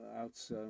out